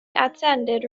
attended